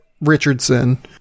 Richardson